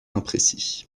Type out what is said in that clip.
imprécis